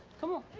come on.